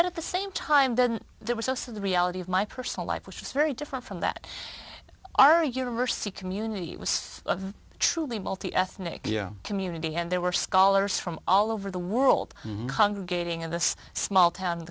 but at the same time then there was also the reality of my personal life which is very different from that our university community was truly multi ethnic community and there were scholars from all over the world congregating in this small town in